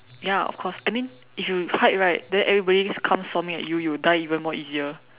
ya of cause I mean if you hide right then everybody just come storming at you you'll die even more easier